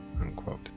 unquote